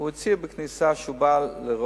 הוא הצהיר בכניסה שהוא בא לראות,